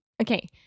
Okay